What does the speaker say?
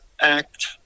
act